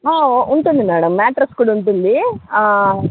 ఉంటుంది madam mattress కూడా ఉంటుంది